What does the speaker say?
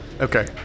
okay